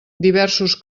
diversos